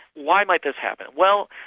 why might this happen? well,